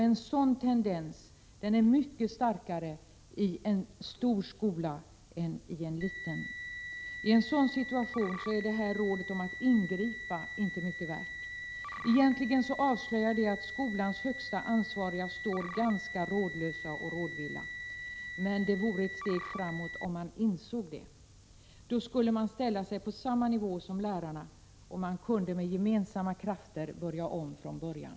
En sådan tendens är mycket starkare i en stor skola än i en liten. I en dylik situation är rådet att ingripa inte mycket värt. Egentligen avslöjar det att skolans högsta ansvariga står ganska rådlösa och rådvilla. Det vore ett steg framåt om man insåg detta. Då skulle man kunna ställa sig på samma nivå som lärarna, och vi kunde med gemensamma krafter börja om från början.